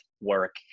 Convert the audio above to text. work